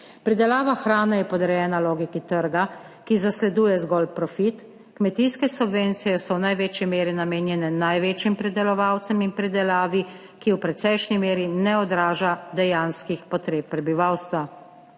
Pridelava hrane je podrejena logiki trga, ki zasleduje zgolj profit, kmetijske subvencije so v največji meri namenjene največjim pridelovalcem in pridelavi, ki v precejšnji meri ne odraža dejanskih potreb prebivalstva.